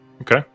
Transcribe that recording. Okay